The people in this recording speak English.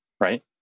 right